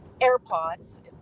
airpods